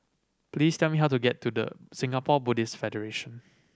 please tell me how to get to The Singapore Buddhist Federation